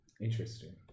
Interesting